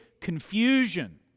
confusion